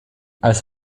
als